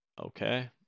Okay